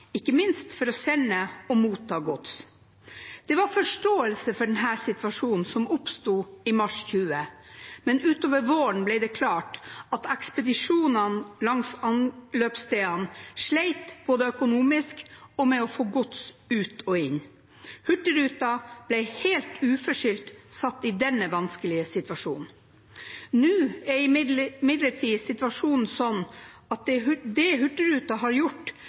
ikke minst for å sende og motta gods. Det var forståelse for den situasjonen som oppsto i mars 2020, men utover våren ble det klart at ekspedisjonene langs anløpsstedene slet både økonomisk og med å få gods ut og inn. Hurtigruten ble helt uforskyldt satt i denne vanskelige situasjonen. Nå er imidlertid situasjonen slik at med det Hurtigruten har gjort